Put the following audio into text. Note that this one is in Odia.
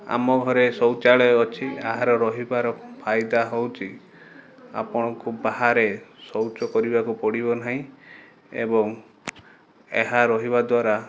ଆମ ଘରେ ଶୌଚାଳୟ ଅଛି ଏହାର ରହିବାର ଫାଇଦା ହେଉଛି ଆପଣଙ୍କୁ ବାହାରେ ଶୌଚ କରିବାକୁ ପଡ଼ିବ ନାହିଁ ଏବଂ ଏହା ରହିବା ଦ୍ୱାରା